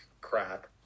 crap